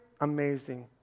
amazing